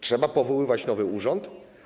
Trzeba powoływać nowy urząd?